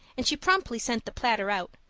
and she promptly sent the platter out,